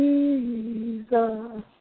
Jesus